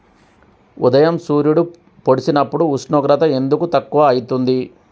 ఉదయం సూర్యుడు పొడిసినప్పుడు ఉష్ణోగ్రత ఎందుకు తక్కువ ఐతుంది?